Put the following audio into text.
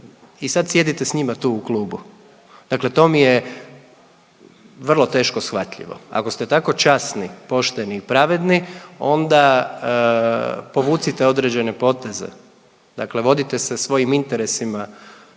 i sad sjedite s njima tu u klubu. Dakle to mi je vrlo teško shvatljivo. Ako ste tako časni, pošteni i pravedni, onda povucite određene poteze. Dakle vodite se svojim interesima